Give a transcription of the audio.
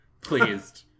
pleased